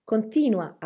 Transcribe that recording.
Continua